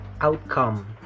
outcome